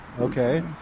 okay